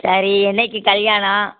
சரி என்னைக்குக் கல்யாணம்